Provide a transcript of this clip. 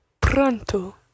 pronto